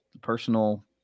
personal